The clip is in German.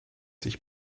sich